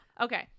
Okay